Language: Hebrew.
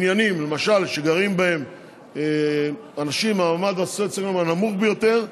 למשל בניינים שגרים בהם אנשים מהמעמד הסוציו-אקונומי הנמוך ביותר.